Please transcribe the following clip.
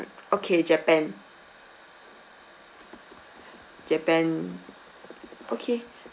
okay japan japan okay